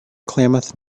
klamath